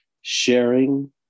Sharing